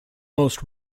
most